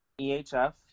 EHF